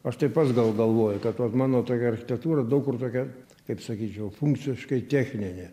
aš tai pats gal galvoju kad vat mano tokia architektūra daug kur tokia kaip sakyčiau funkciškai techninė